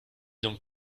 donc